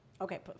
Okay